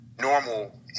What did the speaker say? normal